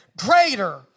greater